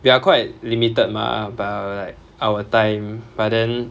we are quite limited mah by our like our time but then